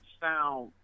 sound